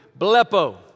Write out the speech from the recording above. Blepo